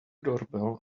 doorbell